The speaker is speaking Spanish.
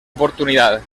oportunidad